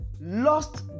lost